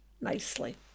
nicely